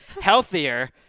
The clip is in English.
healthier